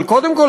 אבל קודם כול,